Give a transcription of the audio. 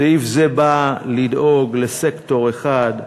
סעיף זה בא לדאוג לסקטור אחד,